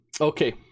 Okay